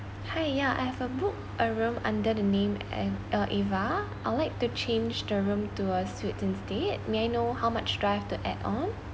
hi ya I have a book a room under the name a~ uh ava I'd like to change the room to a suite instead may I know how much do I have to add on